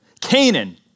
Canaan